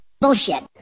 Bullshit